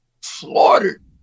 slaughtered